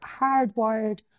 hardwired